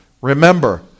Remember